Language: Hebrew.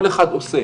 כל אחד עושה